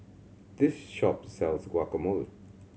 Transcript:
this shop sells Guacamole